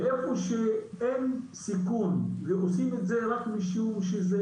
איפה שאין סיכון ועושים את זה רק משום שזה